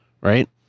right